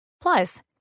Plus